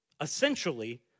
Essentially